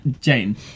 Jane